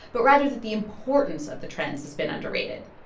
but rather that the importance of the trends has been underrated.